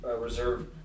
reserve